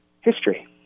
history